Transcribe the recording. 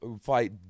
Fight